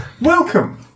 welcome